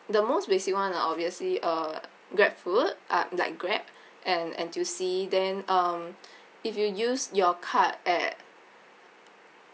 the most basic [one] are obviously uh grab food uh like grab and N_T_U_C then um if you use your card at